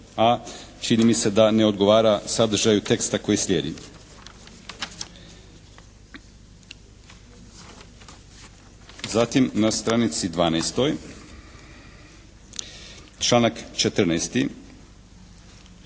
a čini mi se da ne odgovara sadržaju teksta koji sljedi. Zatim na stranici 12. članak 14.